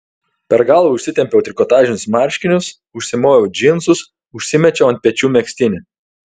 per galvą užsitempiau trikotažinius marškinius užsimoviau džinsus užsimečiau ant pečių megztinį